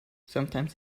sometimes